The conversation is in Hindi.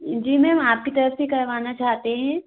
जी मैम आप की तरफ़ से करवाना चाहते हैं